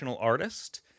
artist